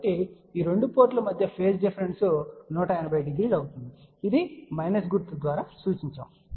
కాబట్టి ఈ 2 పోర్టుల మధ్య ఫేజ్ డిఫరెన్స్ 1800 అవుతుంది ఇది మైనస్ గుర్తు ద్వారా సూచించబడినది